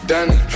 Danny